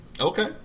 Okay